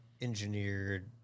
engineered